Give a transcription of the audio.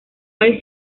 hay